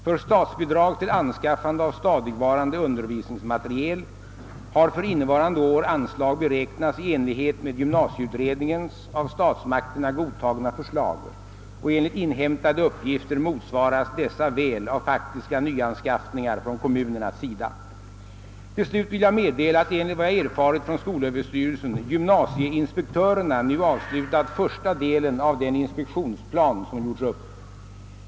För statsbidrag till anskaffande av stadigvarande undervisningsmateriel har för innevarande år anslag beräknats i enlighet med gymnasieutredningens av statsmakterna godtagna förslag, och enligt inhämtade uppgifter motsvaras dessa väl av faktiska nyanskaffningar från kommunernas sida. Till slut vill jag meddela att enligt vad jag erfarit från skolöverstyrelsen gymnasieinspektörerna nu avslutat första delen av den inspektionsplan som gjorts upp.